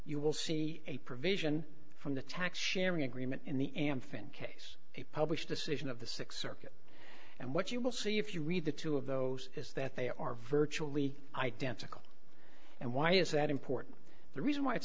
you will see a provision from the tax sharing agreement in the am finn case a published decision of the th circuit and what you will see if you read the two of those is that they are virtually identical and why is that important the reason why it's